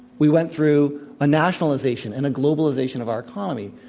we went through a nationalization and a globalization of our economy.